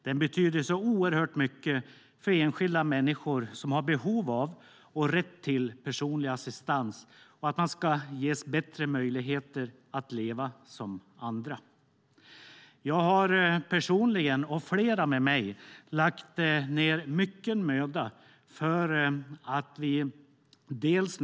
Den betyder så oerhört mycket för att enskilda människor som har behov av och rätt till personlig assistans ska ges bättre möjligheter att leva som andra. Jag personligen, och flera med mig, har lagt ned mycken möda på detta.